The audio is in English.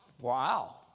Wow